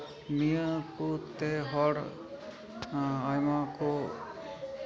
ᱱᱤᱭᱟᱹ ᱠᱚᱛᱮ ᱦᱚᱲ ᱟᱭᱢᱟ ᱠᱚ